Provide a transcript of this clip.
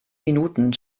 minuten